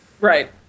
Right